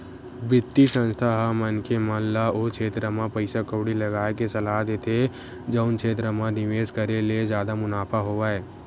बित्तीय संस्था ह मनखे मन ल ओ छेत्र म पइसा कउड़ी लगाय के सलाह देथे जउन क्षेत्र म निवेस करे ले जादा मुनाफा होवय